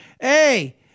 Hey